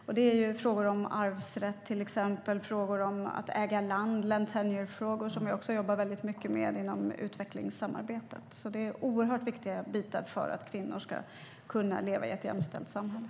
Det är till exempel frågor som arvsrätt, frågor om att äga land och om land tenure som vi jobbar väldigt mycket med inom utvecklingssamarbetet. Det är oerhört viktiga bitar för att kvinnor ska kunna leva i ett jämställt samhälle.